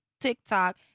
TikTok